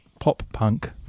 pop-punk